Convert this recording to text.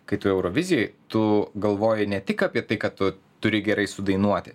kai tu eurovizijai tu galvoji ne tik apie tai kad tu turi gerai sudainuoti